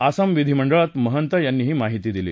आसाम विधीमंडळात मंहता यांनी ही माहिती दिली